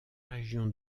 région